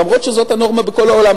אף שזאת הנורמה בכל העולם.